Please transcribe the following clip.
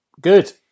Good